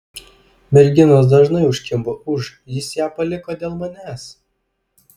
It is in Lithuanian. merginos dažnai užkimba už jis ją paliko dėl manęs